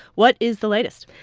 what is the latest?